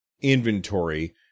inventory